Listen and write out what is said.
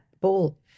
ball